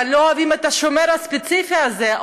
אבל לא אוהבים את השומר הספציפי הזה,